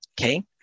Okay